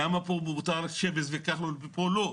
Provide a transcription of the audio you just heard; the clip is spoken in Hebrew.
למה פה מותר שבס וכחלון ופה לא'